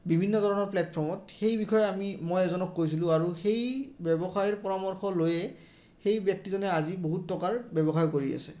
বিভিন্ন ধৰণৰ প্লেটফৰ্মত সেই বিষয়ে আমি মই এজনক কৈছিলোঁ আৰু সেই ব্যৱসায়ৰ পৰামৰ্শ লৈয়ে সেই ব্যক্তিজনে আজি বহুত টকাৰ ব্যৱসায় কৰি আছে